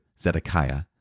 Zedekiah